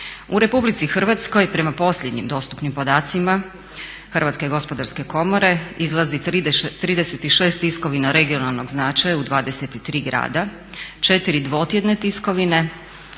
U RH prema posljednjim dostupnim podacima HGK-a izlazi 36 tiskovina regionalnog značaja u 23 grada, 4 dvotjedne tiskovine,